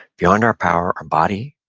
beyond our power are body,